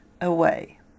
away